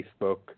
Facebook